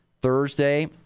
Thursday